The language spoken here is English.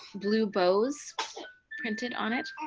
blue bows printed on it.